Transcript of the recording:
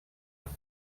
amb